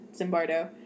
Zimbardo